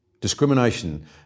Discrimination